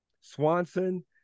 Swanson